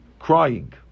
Crying